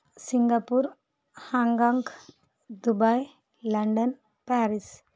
Singapore Hong Kong Dubai London Paris